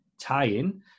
tie-in